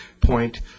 point